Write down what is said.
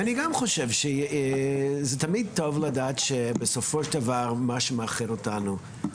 אני גם חושב שזה תמיד טוב לדעת שבסופו של דבר מה שמאחד אותנו,